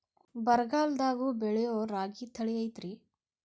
ಬರಗಾಲದಾಗೂ ಬೆಳಿಯೋ ರಾಗಿ ತಳಿ ಐತ್ರಿ?